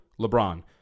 LeBron